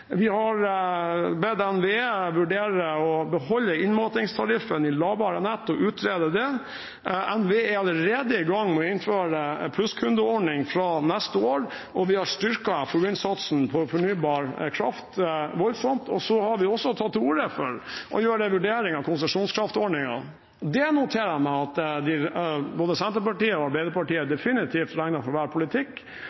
Vi har bedt NVE vurdere å beholde innmatingstariffen i lavere nett og utrede det. NVE er allerede i gang med å innføre en plusskundeordning fra neste år, og vi har styrket innsatsen på fornybar kraft voldsomt. Vi har også tatt til orde for å gjøre en vurdering av konsesjonskraftordningene. Det noterer jeg meg at både Senterpartiet og Arbeiderpartiet